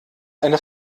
eine